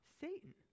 Satan